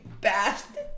bastard